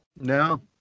No